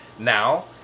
Now